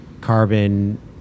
carbon